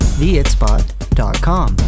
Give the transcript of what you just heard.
theitspot.com